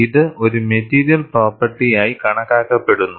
ഇത് ഒരു മെറ്റീരിയൽ പ്രോപ്പർട്ടിയായി കണക്കാക്കപ്പെടുന്നു